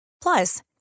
Plus